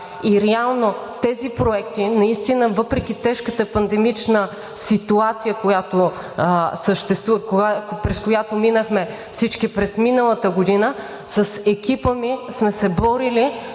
Реално тези проекти наистина, въпреки тежката пандемична ситуация, през която минахме всички през миналата година, с екипа ми сме се борили